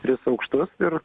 tris aukštus ir